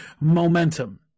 momentum